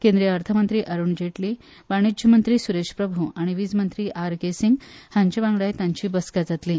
केंद्रीय अर्थ मंत्री अरुण जेटली वाणिज्य मंत्री सुरेश प्रभू आनी वीज मंत्री आर के सिंग हांचे वांगडा तांची बसका जातली